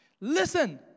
Listen